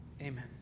Amen